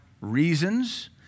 reasons